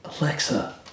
Alexa